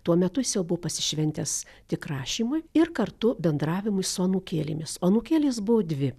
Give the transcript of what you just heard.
tuo metu jis jau buvo pasišventęs tik rašymui ir kartu bendravimui su anūkėlėmis o anūkėlės buvo dvi